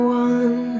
one